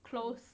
close